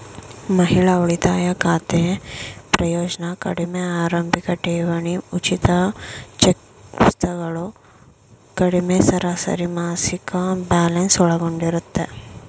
ಮಹಿಳಾ ಉಳಿತಾಯ ಖಾತೆ ಪ್ರಯೋಜ್ನ ಕಡಿಮೆ ಆರಂಭಿಕಠೇವಣಿ ಉಚಿತ ಚೆಕ್ಪುಸ್ತಕಗಳು ಕಡಿಮೆ ಸರಾಸರಿಮಾಸಿಕ ಬ್ಯಾಲೆನ್ಸ್ ಒಳಗೊಂಡಿರುತ್ತೆ